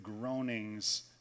groanings